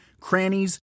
crannies